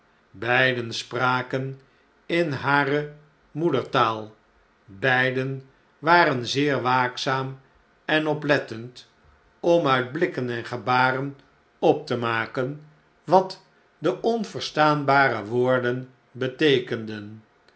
beiden spraken in hare moedertaal f beiden waren zeer waakzaam en oplettend om uit blikken en gebaren op te maken wat de onverstaanbare woorden beteekenden